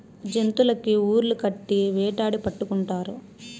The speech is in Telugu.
జంతులకి ఉర్లు కట్టి వేటాడి పట్టుకుంటారు